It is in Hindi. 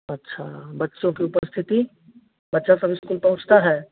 अच्छा बच्चों की उपस्थिति बच्चा सब इस्कूल पहुँचता है